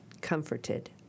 comforted